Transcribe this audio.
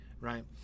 right